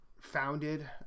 founded